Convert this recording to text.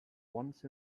once